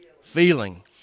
Feeling